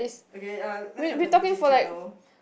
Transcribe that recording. okay uh let's have a D_J channel